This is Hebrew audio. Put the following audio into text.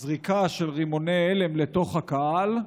זריקה של רימוני הלם לתוך הקהל,